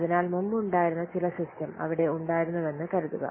അതിനാൽ മുമ്പുണ്ടായിരുന്ന ചില സിസ്റ്റം അവിടെ ഉണ്ടായിരുന്നുവെന്ന് കരുതുക